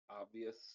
obvious